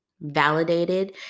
validated